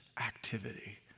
activity